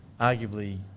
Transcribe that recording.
arguably